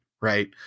Right